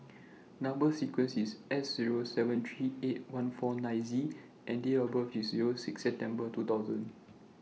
Number sequence IS S Zero seven three eight one four nine Z and Date of birth IS Zero six September two thousand